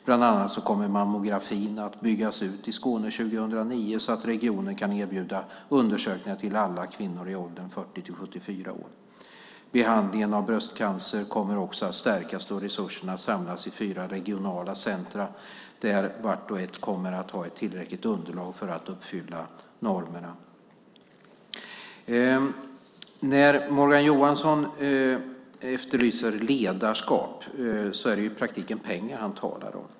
Bland annat kommer mammografin att byggas ut i Skåne 2009, så att regionen kan erbjuda undersökningar till alla kvinnor i åldrarna 40-74 år. Behandlingen av bröstcancer kommer också att stärkas, då resurserna samlas i fyra regionala centrum som vart och ett kommer att ha ett tillräckligt underlag för att uppfylla normerna. När Morgan Johansson efterlyser ledarskap är det i praktiken pengar han talar om.